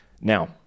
Now